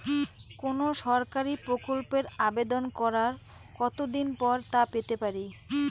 কোনো সরকারি প্রকল্পের আবেদন করার কত দিন পর তা পেতে পারি?